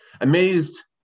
Amazed